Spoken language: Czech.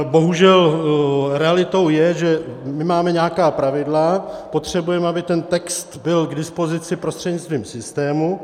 Bohužel realitou je, že my máme nějaká pravidla, potřebujeme, aby ten text byl k dispozici prostřednictvím systému.